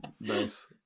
Nice